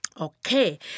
Okay